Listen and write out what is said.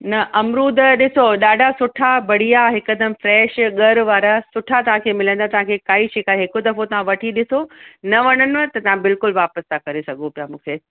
न अमरूद त ॾिसो ॾाढा सुठा बढ़िया हिकदमि फ़्रैश ॻढ़ु वारा सुठा तव्हांखे मिलंदा तव्हांखे काई शिकाइत हिकु दफ़ो तव्हां वठी ॾिसो न वणनिव त तव्हां बिल्कुलु वापिसि था करे सघो पिया मूंखे